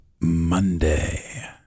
Monday